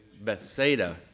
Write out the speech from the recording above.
Bethsaida